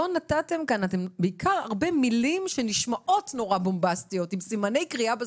שומעים בעיקר הרבה מילים שנשמעות נורא בומבסטיות עם סימני קריאה בסוף.